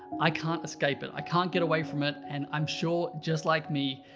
i can't escape it. i can't get away from it, and i'm sure, just like me,